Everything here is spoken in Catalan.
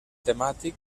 temàtic